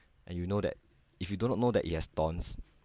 and you know that if you do not know that it has thorns